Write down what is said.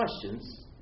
questions